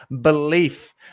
belief